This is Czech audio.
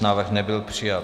Návrh nebyl přijat.